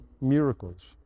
miracles